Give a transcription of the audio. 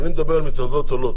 אני מדבר על מתנדבות עולות,